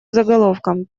заголовком